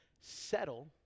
settle